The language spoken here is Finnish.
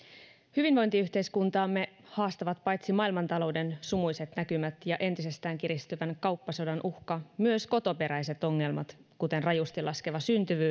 hyvinvointiyhteiskuntaamme haastavat paitsi maailmantalouden sumuiset näkymät ja entisestään kiristyvän kauppasodan uhka myös kotoperäiset ongelmat kuten rajusti laskeva syntyvyys